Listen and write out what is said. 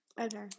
Okay